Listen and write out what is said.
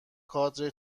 کادر